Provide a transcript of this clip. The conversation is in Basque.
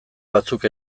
batzuk